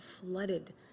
flooded